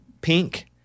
Pink